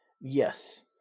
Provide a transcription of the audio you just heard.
Yes